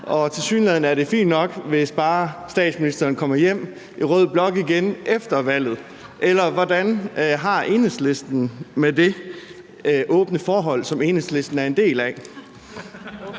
Og tilsyneladende er det fint nok, hvis bare statsministeren kommer hjem i rød blok igen efter valget. Eller hvordan har Enhedslisten det med det åbne forhold, som Enhedslisten er en del af?